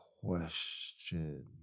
question